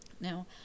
Now